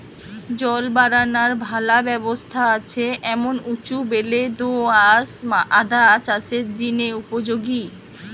জল বারানার ভালা ব্যবস্থা আছে এমন উঁচু বেলে দো আঁশ আদা চাষের জিনে উপযোগী